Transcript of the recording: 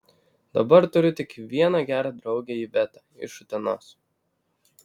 dabar turiu tik vieną gerą draugę ivetą iš utenos